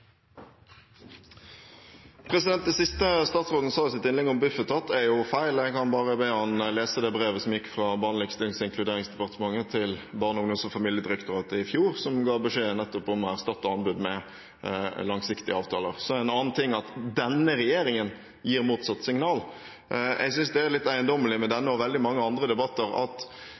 feil. Jeg kan bare be ham lese brevet som gikk fra Barne-, likestillings- og inkluderingsdepartmentet til Barne-, ungdoms- og familiedirektoratet i fjor, som ga beskjed om nettopp å erstatte anbud med langsiktige avtaler. Det er en annen ting at denne regjeringen gir motsatt signal. Jeg synes det er litt eiendommelig med denne og veldig mange andre debatter at